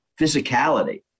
physicality